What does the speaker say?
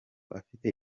afite